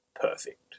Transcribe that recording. perfect